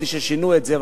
ולא ראיתי ששינו את זה,